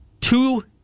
Two